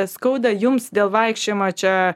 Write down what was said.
skauda jums dėl vaikščiojimo čia